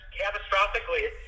catastrophically—